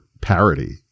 parody